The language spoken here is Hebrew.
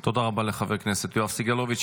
תודה רבה לחבר הכנסת יואב סגלוביץ'.